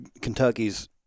Kentucky's